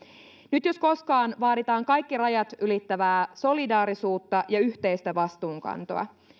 nyt jos koskaan vaaditaan kaikki rajat ylittävää solidaarisuutta ja yhteistä vastuunkantoa